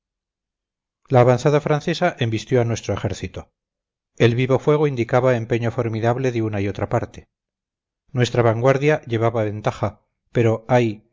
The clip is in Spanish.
la avanzada francesa embistió a nuestro ejército el vivo fuego indicaba empeño formidable de una y otra parte nuestra vanguardia llevaba ventaja pero ay